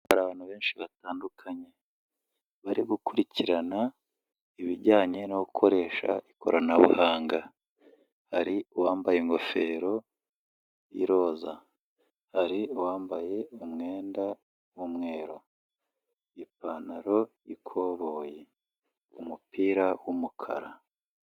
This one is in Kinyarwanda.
Hari abantu benshi batandukanye bari gukurikirana ibijyanye no gukoresha ikoranabuhanga, hari uwambaye ingofero y'iroza, hari uwambaye umwenda w'umweru, ipantaro y'ikoboye, umupira w'umukara.